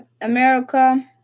America